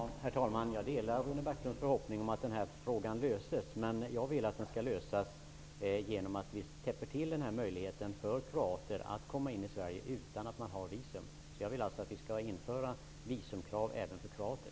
Herr talman! Jag delar Rune Backlunds förhoppning om att den frågan skall lösas. Jag vill att den skall lösas genom att vi täpper till möjligheten för kroater att komma in i Sverige utan att ha visum. Jag vill att vi skall införa visumkrav även för kroater.